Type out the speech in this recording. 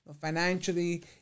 financially